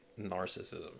narcissism